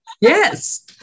Yes